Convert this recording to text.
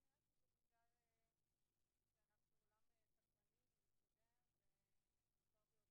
אני אומר שאם הוא היה כאן בזמן שהצעת החוק הזאת הונחה הוא היה גם מצטרף.